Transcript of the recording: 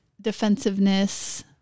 defensiveness